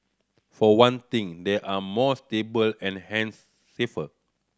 for one thing they are more stable and hence safer